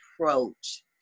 approach